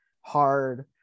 hard